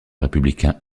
républicain